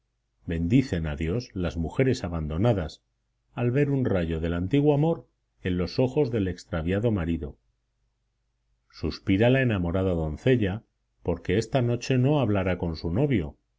bendicen a dios las mujeres abandonadas al ver un rayo del antiguo amor en los ojos del extraviado marido suspira la enamorada doncella porque esta noche no hablará con su novio